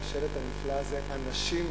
זה השלט הנפלא הזה: "אנשים,